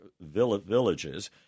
villages